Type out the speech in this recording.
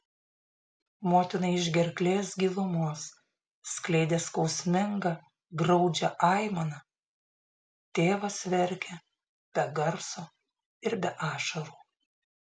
motina iš gerklės gilumos skleidė skausmingą graudžią aimaną tėvas verkė be garso ir be ašarų